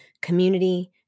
community